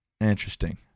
Interesting